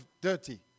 dirty